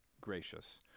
gracious